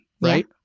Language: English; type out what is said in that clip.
right